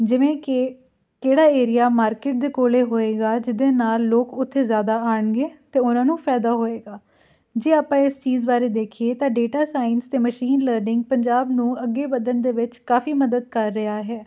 ਜਿਵੇਂ ਕਿ ਕਿਹੜਾ ਏਰੀਆ ਮਾਰਕੀਟ ਦੇ ਕੋਲ ਹੋਏਗਾ ਜਿਹਦੇ ਨਾਲ ਲੋਕ ਉੱਥੇ ਜ਼ਿਆਦਾ ਆਉਣਗੇ ਅਤੇ ਉਹਨਾਂ ਨੂੰ ਫਾਇਦਾ ਹੋਏਗਾ ਜੇ ਆਪਾਂ ਇਸ ਚੀਜ਼ ਬਾਰੇ ਦੇਖੀਏ ਤਾਂ ਡੇਟਾ ਸਾਇੰਸ ਅਤੇ ਮਸ਼ੀਨ ਲਰਨਿੰਗ ਪੰਜਾਬ ਨੂੰ ਅੱਗੇ ਵਧਣ ਦੇ ਵਿੱਚ ਕਾਫੀ ਮਦਦ ਕਰ ਰਿਹਾ ਹੈ